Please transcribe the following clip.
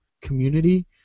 community